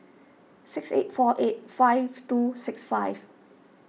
six eight four eight five two six five